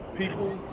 people